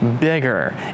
bigger